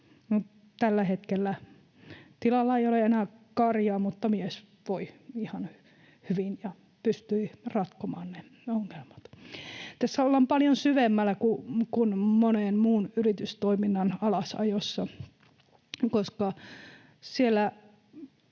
Tällä hetkellä tilalla ei ole enää karjaa, mutta mies voi ihan hyvin ja pystyi ratkomaan ne ongelmat. Tässä ollaan paljon syvemmällä kuin monen muun yritystoiminnan alasajossa, koska siellä